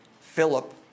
Philip